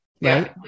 right